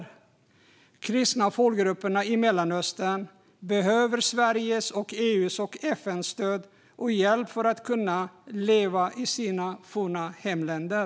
De kristna folkgrupperna i Mellanöstern behöver Sveriges, EU:s och FN:s stöd och hjälp för att kunna leva i sina forna hemländer.